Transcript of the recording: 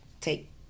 take